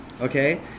okay